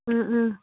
ꯎꯝ ꯎꯝ